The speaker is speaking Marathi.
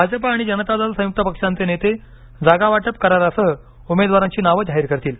भाजप आणि जनता दल संयुक्त पक्षाचे नेते जागावाटप करारासह उमेदवारांची नावं जाहीर करतील